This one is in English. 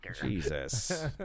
Jesus